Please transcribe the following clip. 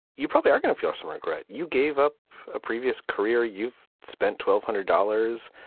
you probably are going to feel some regret. you gave up a previous career. you've spent twelve hundred dollars.